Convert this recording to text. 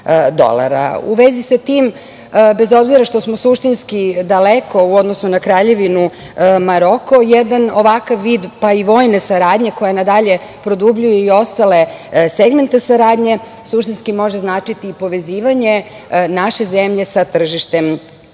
vezi sa tim, bez obzira što smo suštinski daleko u odnosu na Kraljevinu Maroko, jedan ovakav vid pa i vojne saradnje koja nadalje produbljuje i ostale segmente saradnje suštinski može značiti i povezivanje naše zemlje sa tržištem